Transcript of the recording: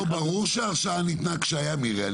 ברור שההרשאה ניתנה כשהיה מרעה.